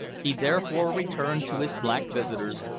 he therefore returned to his black visitors,